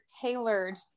tailored